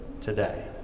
today